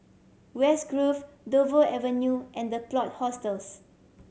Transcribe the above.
West Grove Dover Avenue and The Plot Hostels